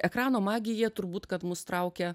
ekrano magija turbūt kad mus traukia